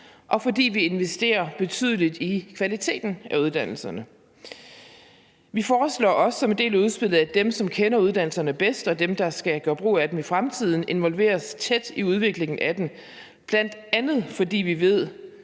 og fordi vi investerer betydeligt i kvaliteten af uddannelserne. Vi foreslår også som en del af udspillet, at dem, som kender uddannelserne bedst, og dem, som skal gøre brug af dem i fremtiden, involveres tæt i udviklingen af dem, bl.a. fordi vi ved,